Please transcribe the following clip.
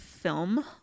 film